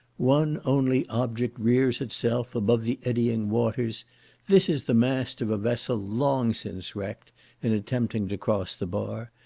one only object rears itself above the eddying waters this is the mast of a vessel long since wrecked in attempting to cross the bar,